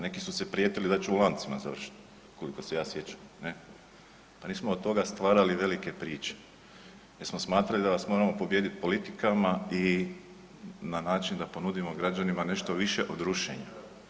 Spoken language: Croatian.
Neki su se prijetili da će u lancima završiti koliko se ja sjećam, ne, pa nismo od toga stvarali velike priče jer smo smatrali da vas moramo pobijediti politikama i na način da ponudimo građanima nešto više od rušenja.